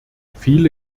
viele